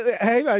Hey